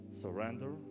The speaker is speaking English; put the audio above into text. Surrender